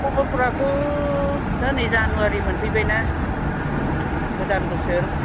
खबरफोराथ' दा नै जानुवारि मोनफैबाय ना गोदान बोसोर